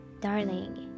Darling